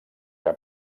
que